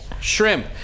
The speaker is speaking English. Shrimp